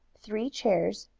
three chairs,